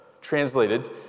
translated